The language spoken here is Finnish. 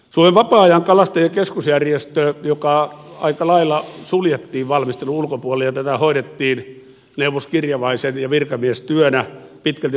suomen vapaa ajankalastajien keskusjärjestö aika lailla suljettiin valmistelun ulkopuolelle ja tätä hoidettiin neuvos kirjavaisen ja virkamiesten työnä pitkälti maa ja metsätalousministeriössä